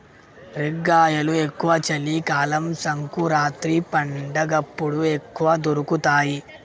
రేగ్గాయలు ఎక్కువ చలి కాలం సంకురాత్రి పండగప్పుడు ఎక్కువ దొరుకుతాయి